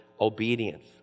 obedience